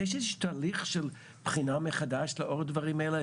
יש איזה שהוא תהליך של בחינה מחדש לאור דברים אלה?